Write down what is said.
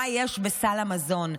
מה יש בסל המזון.